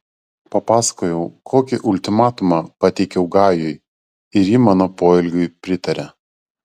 papasakojau kokį ultimatumą pateikiau gajui ir ji mano poelgiui pritarė